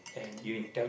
you need